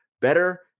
better